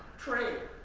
trade.